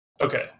Okay